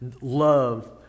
love